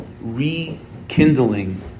rekindling